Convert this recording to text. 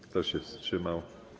Kto się wstrzymał?